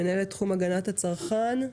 מנהלת תחום הגנת הצרכן,